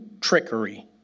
trickery